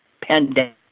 pandemic